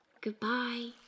Goodbye